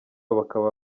bakaba